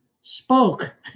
spoke